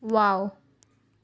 wow